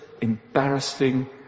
embarrassing